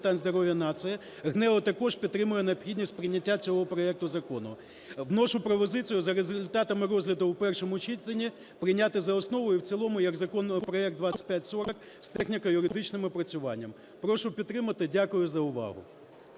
Дякую за увагу.